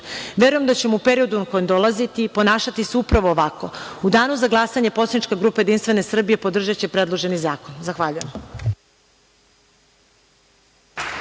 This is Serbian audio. Verujem da ćemo u periodu koje dolazi, ponašati se upravo ovako. U danu za glasanje poslanička grupa Jedinstvene Srbije podržaće predloženi zakon. Zahvaljujem